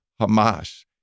Hamas